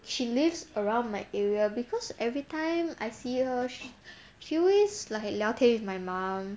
she lives around my area because everytime I see her she always like 聊天 with my mom